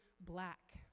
black